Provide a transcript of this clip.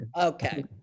Okay